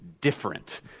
different